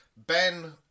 Ben